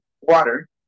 water